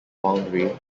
boundary